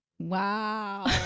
wow